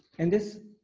and this